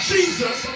Jesus